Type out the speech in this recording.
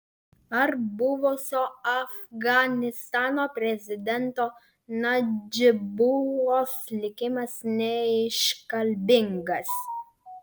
ar buvusio afganistano prezidento nadžibulos likimas neiškalbingas